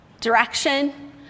direction